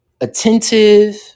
attentive